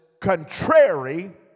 contrary